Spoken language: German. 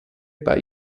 bei